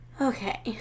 okay